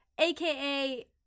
AKA